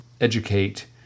educate